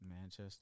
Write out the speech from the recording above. Manchester